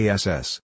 Ass